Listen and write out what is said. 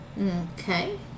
Okay